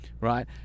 right